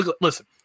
listen